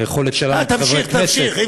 היכולת שלנו כחברי כנסת, תמשיך, תמשיך.